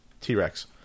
T-Rex